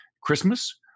Christmas